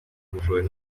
ubushobozi